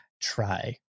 try